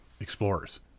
explorers